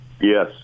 Yes